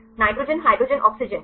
nitrogen hydrogen oxygen